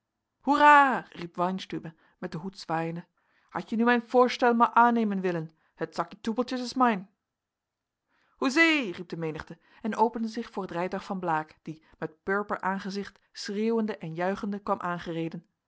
hoera riep weinstübe met den hoed zwaaiende had je nu mijn foorschtel maar aannemen willen het sakkie toeppeltjes is mein hoezee riep de menigte en opende zich voor het rijtuig van blaek die met purper aangezicht schreeuwende en juichende kwam aangereden